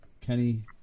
Kenny